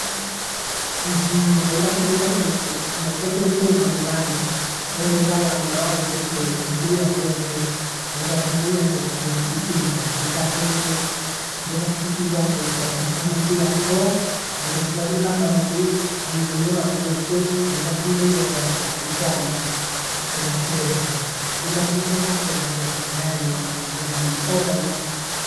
kwenda kumbika ghuku, kama kuku hufunga nyumbani huende zawana waweze kuharibia nguku. Kabisa kuhungulia nguku kwamwika mchinja, achinja nguku. Aghenda kukichinja nguku, wabandika mathi yakoo, waghenda kubandika mazi wamnyonyoa nguku, kaminda kumnyonyoa wamsuta vitana, wamsenga senga. Ukabinda kumsenga senga nguku tayari wa- wadoa mmh! hoga ida